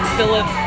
Philip